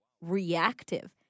reactive